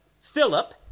Philip